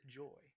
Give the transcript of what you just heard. joy